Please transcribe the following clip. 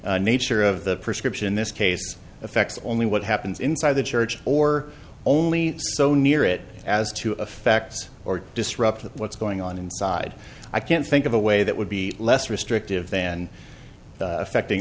nature of the prescription this case affects only what happens inside the church or only so near it as to affect or disrupt what's going on inside i can't think of a way that would be less restrictive than affecting